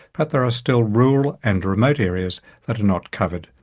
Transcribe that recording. but there are still rural and remote areas that are not covered,